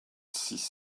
six